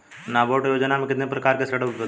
नाबार्ड योजना में कितने प्रकार के ऋण उपलब्ध हैं?